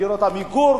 דירות "עמיגור",